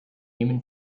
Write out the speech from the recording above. human